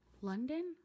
London